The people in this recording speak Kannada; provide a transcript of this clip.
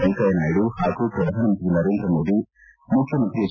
ವೆಂಕಯ್ದನಾಯ್ದು ಹಾಗೂ ಪ್ರಧಾನಮಂತ್ರಿ ನರೇಂದ್ರ ಮೋದಿ ಮುಖ್ಯಮಂತಿ ಎಚ್